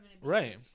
right